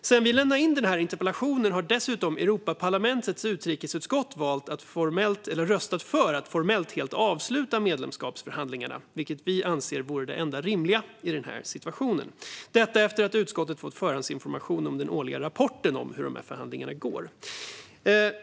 Sedan vi lämnade in den här interpellationen har Europaparlamentets utrikesutskott dessutom röstat för att formellt helt avsluta medlemskapsförhandlingarna, vilket vi anser vore det enda rimliga i den här situationen. Detta skedde efter att utskottet fått förhandsinformation om den årliga rapporten om hur dessa förhandlingar går.